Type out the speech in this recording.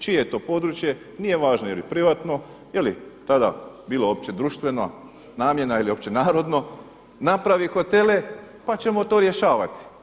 Čije je to područje, nije važno jel privatno jeli tada bilo općedruštveno namjena ili općenarodno, napravi hotele pa ćemo to rješavati.